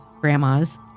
grandmas